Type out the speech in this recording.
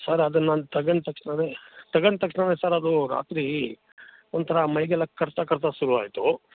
sir ಅದನ್ನು ನಾನು ತಗೊಂಡ ತಕ್ಷಣನೇ ತಗೊಂಡ ತಕ್ಷಣನೆ ಸರ್ ಅದು ರಾತ್ರಿ ಒಂಥರ ಮೈಗೆಲ್ಲ ಕಡ್ತಾ ಕಡ್ತಾ ಶುರು ಆಯಿತು